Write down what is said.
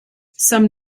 some